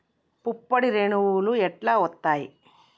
పుప్పొడి రేణువులు ఎట్లా వత్తయ్?